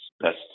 best